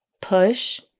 push